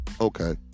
okay